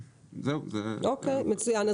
מצוין.